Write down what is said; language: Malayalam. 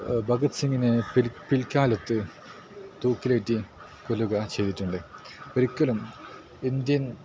ഭഗത് സിംഗിനെ പിൽക്കാലത്ത് തൂക്കിലേറ്റി കൊല്ലുക ചെയ്തിട്ടുണ്ട് ഒരിക്കലും ഇന്ത്യൻ